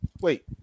Wait